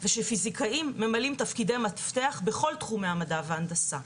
ושפיזיקאים ממלאים תפקידי מפתח בכל תחומי המדע וההנדסה.